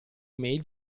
email